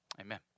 amen